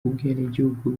ubwenegihugu